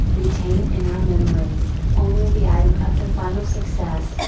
retain in our memories, only the item of the final success,